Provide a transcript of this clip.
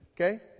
okay